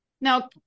Now